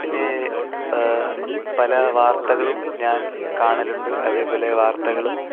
പിന്നെ പല വാർത്തകളും ഞാൻ കാണലുണ്ട് അതേപോലെ വർത്തകൾ